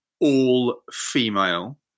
all-female